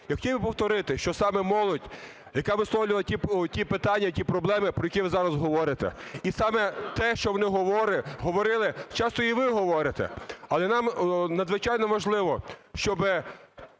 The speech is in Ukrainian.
Я хотів би повторити, що саме молодь, яка висловлювала ті питання, ті проблеми, про які ви зараз говорите, і саме те, що вони говорили, часто і ви говорите, але нам надзвичайно важливо, щоб